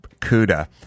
Cuda